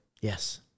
Yes